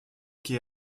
que